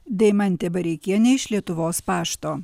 deimantė bareikienė iš lietuvos pašto